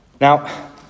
Now